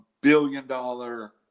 billion-dollar